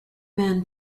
men